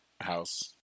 house